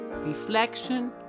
reflection